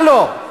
מה לא?